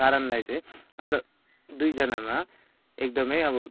कारणलाई चाहिँ अन्त दुईजनामा एकदमै अब